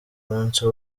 munsi